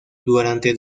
durante